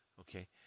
okay